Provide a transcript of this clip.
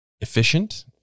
efficient